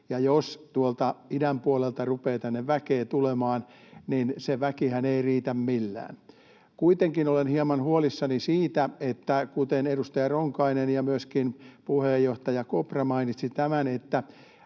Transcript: Ja jos tuolta idän puolelta rupeaa tänne väkeä tulemaan, niin se väkihän ei riitä millään. Kuitenkin olen hieman huolissani siitä — kuten edustaja Ronkainen, ja myöskin puheenjohtaja Kopra mainitsi tämän